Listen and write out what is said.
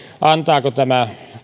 antaako tämä